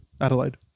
Adelaide